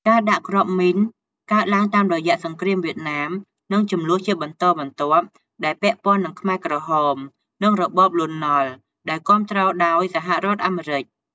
ការដាក់គ្រាប់មីនកើតឡើងតាមរយៈសង្គ្រាមវៀតណាម និងជម្លោះជាបន្តបន្ទាប់ដែលពាក់ព័ន្ធនឹងខ្មែរក្រហម និងរបបលន់នល់ដែលគាំទ្រ ដោយសហរដ្ឋអាមេរិក។